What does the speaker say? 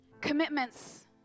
commitments